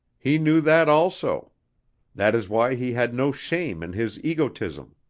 he knew that also that is why he had no shame in his egotism.